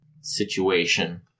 situation